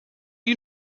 you